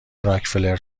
راکفلر